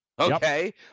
okay